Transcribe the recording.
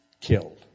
killed